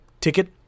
ticket